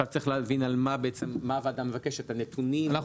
צריך להבין מה הוועדה מבקשת נתונים או --- אנחנו